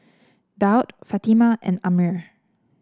Daud Fatimah and Ammir